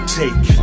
take